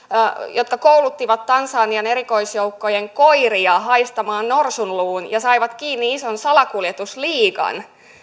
jotka kouluttivat tansanian erikoisjoukkojen koiria haistamaan norsunluun ja saivat kiinni ison salakuljetusliigan